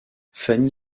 fanny